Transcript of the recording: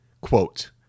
quote